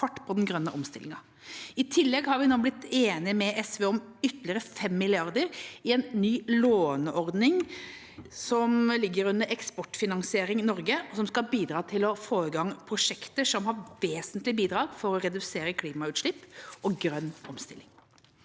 I tillegg har vi nå blitt enige med SV om ytterligere 5 mrd. kr til en ny låneordning som ligger under Eksportfinansiering Norge, og som skal bidra til å få i gang prosjekter som har vesentlige bidrag for å redusere klimagassutslipp og få til grønn omstilling.